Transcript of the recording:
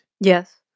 Yes